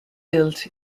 built